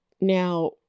Now